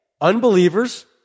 unbelievers